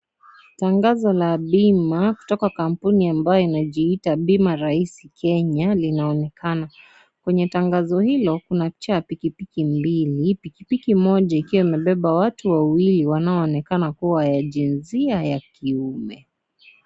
Tangazo la bima, kutoka kampuni ambayo inajiita, Bima Rahisi Kenya linaonekana. Kwenye tangazo hilo, kuna picha ya pikipiki mbili. Pikipiki moja, ikiwa imebeba watu wawili wanaoonekana kuwa ya jinsia ya kiume.